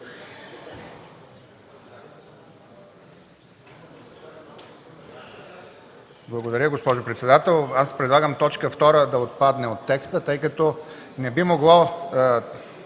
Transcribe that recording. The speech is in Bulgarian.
Благодаря, госпожо председател. Аз предлагам точка втора да отпадне от текста, тъй като не би могло